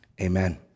amen